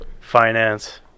Finance